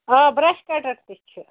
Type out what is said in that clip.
آ brush cutter تہِ چھِ